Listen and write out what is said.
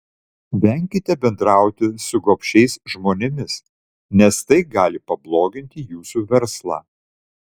venkite bendrauti su gobšiais žmonėmis nes tai gali pabloginti jūsų verslą